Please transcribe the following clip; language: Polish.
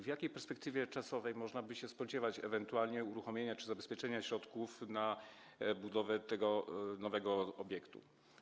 W jakiej perspektywie czasowej można by się spodziewać ewentualnie uruchomienia czy zabezpieczenia środków na budowę tego nowego obiektu?